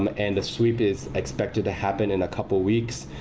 um and a sweep is expected to happen in a couple of weeks.